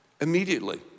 Immediately